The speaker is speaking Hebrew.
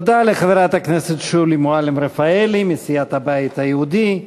תודה לחברת הכנסת שולי מועלם-רפאלי מסיעת הבית היהודי.